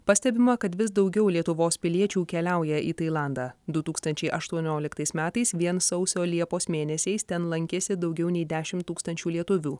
pastebima kad vis daugiau lietuvos piliečių keliauja į tailandą du tūkstančiai aštuonioliktais metais vien sausio liepos mėnesiais ten lankėsi daugiau nei dešim tūkstančių lietuvių